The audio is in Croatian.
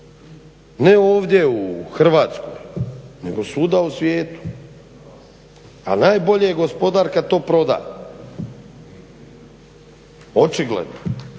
ne ovdje u Hrvatskoj nego svuda u svijetu, a najbolji je gospodar kad to proda, očigledno,